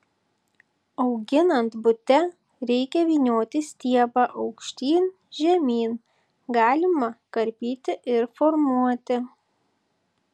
auginant bute reikia vynioti stiebą aukštyn žemyn galima karpyti ir formuoti